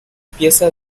pieza